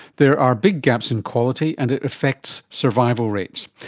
there are big gaps in quality and it affects survival rates.